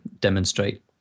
demonstrate